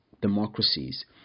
democracies